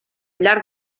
llarg